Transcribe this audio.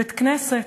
בית-כנסת.